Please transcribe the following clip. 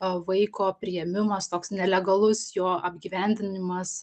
vaiko priėmimas toks nelegalus jo apgyvendinimas